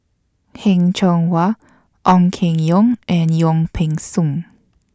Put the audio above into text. Heng Cheng Hwa Ong Keng Yong and Wong Peng Soon